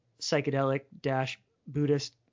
psychedelic-Buddhist